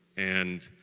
and,